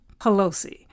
Pelosi